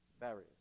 barriers